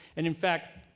and in fact,